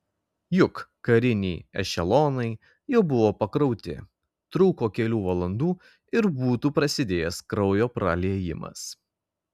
juk kariniai ešelonai jau buvo pakrauti trūko kelių valandų ir būtų prasidėjęs kraujo praliejimas